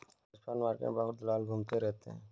spot market में बहुत दलाल घूमते रहते हैं